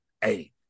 Hey